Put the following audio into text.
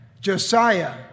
Josiah